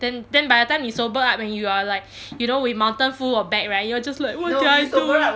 then then by the time 你 sober up when you are like you know with mountain full of bag right you're just like what did I do